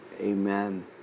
Amen